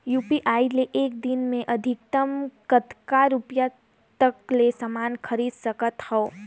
UPI ले एक दिन म अधिकतम कतका रुपिया तक ले समान खरीद सकत हवं?